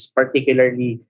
particularly